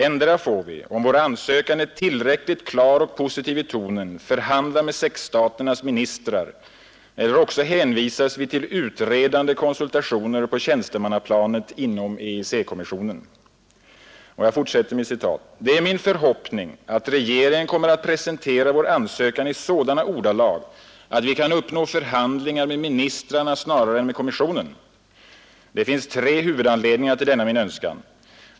Endera får vi, om vår ansökan är tillräckligt klar och positiv i tonen, förhandla med sexstaternas ministrar, eller också hänvisas vi till utredande konsultationer på tjänstemannaplanet inom EEC-kommissionen. Det är min förhoppning att regeringen kommer att presentera vår ansökan i sådana ordalag att vi kan uppnå förhandlingar med ministrarna snarare än med kommissionen. Det finns tre huvudanledningar till denna min önskan.